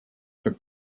took